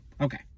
okay